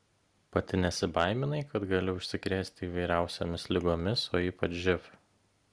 pati nesibaiminai kad gali užsikrėsti įvairiausiomis ligomis o ypač živ